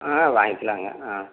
ம் வாங்கிக்கலாங்க ம்